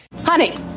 Honey